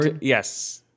yes